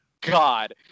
God